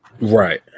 Right